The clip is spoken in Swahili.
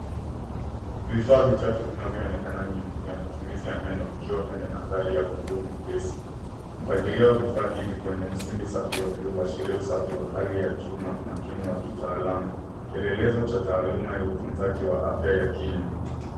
Vifaa vitatu vinavyoonekana ni vya matumizi ya meno vikiwa kwenye mandhari ya buluu nyepesi. Mpangilio wa vifaa hivi kwenye msingi safi wa buluu huashiria usafi wa msingi wa juu na umakini wa kitaalamu . Kielelezo cha taaluma ya utunzaji wa afya ya kinywa.